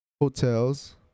hotels